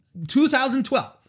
2012